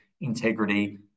integrity